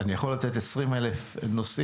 אני יכול לתת 20,000 נושאים.